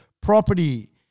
property